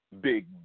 big